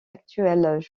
actuels